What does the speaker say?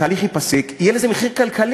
אם התהליך ייפסק, יהיה לזה מחיר כלכלי.